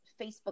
Facebook